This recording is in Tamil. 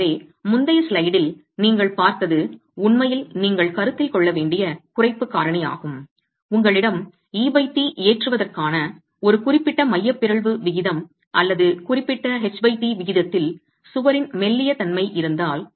எனவே முந்தைய ஸ்லைடில் நீங்கள் பார்த்தது உண்மையில் நீங்கள் கருத்தில் கொள்ள வேண்டிய குறைப்பு காரணியாகும் உங்களிடம் et ஏற்றுவதற்கான ஒரு குறிப்பிட்ட மைய பிறழ்வு விகிதம் அல்லது குறிப்பிட்ட ht விகிதத்தில் சுவரின் மெல்லிய தன்மை இருந்தால்